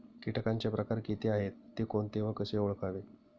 किटकांचे प्रकार किती आहेत, ते कोणते व कसे ओळखावे?